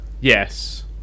Yes